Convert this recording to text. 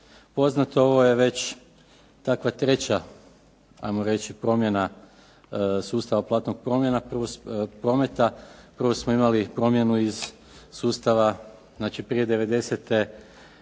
poznato ovo je već takva treća hajmo reći promjena sustava platnog prometa. Prvo smo imali promjenu iz sustava, znači prije